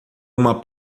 uma